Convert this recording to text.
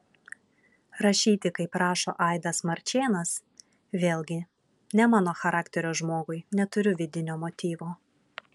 rašyti kaip rašo aidas marčėnas vėlgi ne mano charakterio žmogui neturiu vidinio motyvo